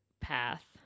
path